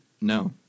No